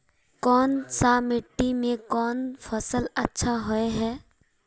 कोन सा मिट्टी में कोन फसल अच्छा होय है?